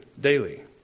daily